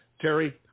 Terry